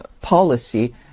policy